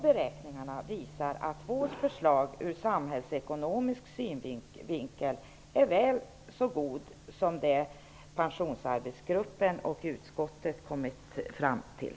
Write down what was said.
Beräkningen visar att vårt förslag ur samhällsekonomisk synvinkel är väl så gott som det som Pensionsarbetsgruppen och utskottet har kommit fram till.